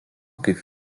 kaip